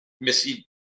Missy